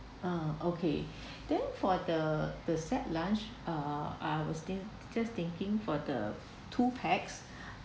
uh okay then for the the set lunch uh I was think~ just thinking for the two packs